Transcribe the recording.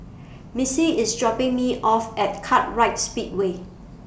Missy IS dropping Me off At Kartright Speedway